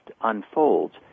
unfolds